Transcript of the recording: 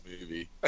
movie